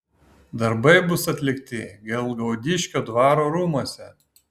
darbai bus atlikti gelgaudiškio dvaro rūmuose